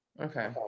Okay